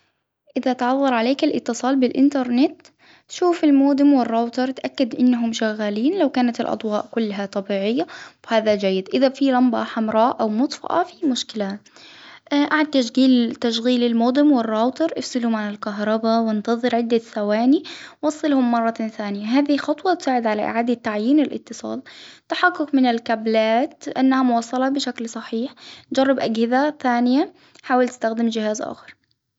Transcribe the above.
اذا تعذر عليك الاتصال بالانترنت شف المودم والراوتر اتأكد انهم شغالين لو كانت الاضواء كلها طبيعية وهذا جيد. اذا في لمبة حمراء او مطفأة في مشكلة. اه اعادة تشغيل تشغيل المودم والراوتر السلوم عن الكهربا وانتظر عدة سواني. وافصلهم مرة ثانية خطوة فاز على اعادة تعيين الاتصال تحقق من الكابلات انها موصلة بشكل صحيح. جرب اجهزة ثانية حاول تستخدم جهاز اخر